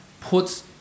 puts